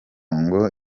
ngo